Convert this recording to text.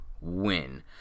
win